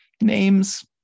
names